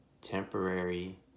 temporary